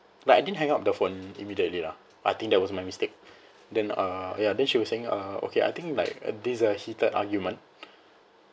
like I didn't hang up the phone immediately lah I think that was my mistake then uh ya then she was saying uh okay I think like this is a heated argument